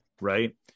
Right